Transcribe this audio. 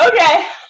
Okay